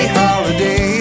holiday